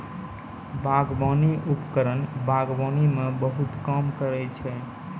बागबानी उपकरण बागबानी म बहुत काम करै छै?